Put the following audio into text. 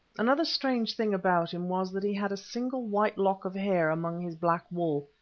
another strange thing about him was that he had a single white lock of hair among his black wool.